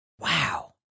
Wow